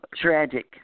tragic